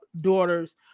daughters